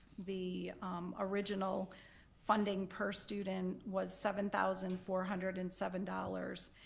the original funding per student was seven thousand four hundred and seven dollars,